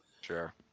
Sure